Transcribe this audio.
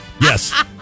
Yes